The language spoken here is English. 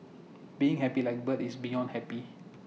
being happy like bird is beyond happy